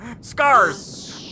Scars